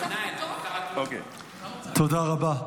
תודה רבה.